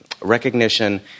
recognition